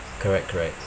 correct correct